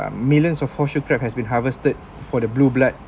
millions of horseshoe crab has been harvested for the blue blood